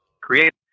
create